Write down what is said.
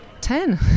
ten